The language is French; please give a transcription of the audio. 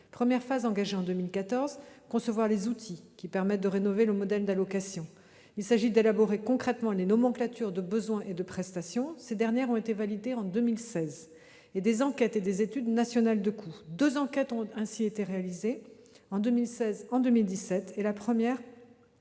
première phase, engagée en 2014, a pour objet de concevoir les outils qui permettent de rénover le modèle d'allocations. Il s'agit d'élaborer concrètement les nomenclatures de besoins et de prestations, qui ont été validées en 2016, et de mener des enquêtes et des études nationales de coûts. Deux enquêtes ont ainsi été réalisées, en 2016 et en 2017, et la première étude